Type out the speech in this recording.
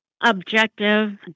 objective